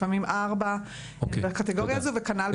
לפעמים ארבע הן בקטגוריה הזו וכנ"ל בדירות מעבר.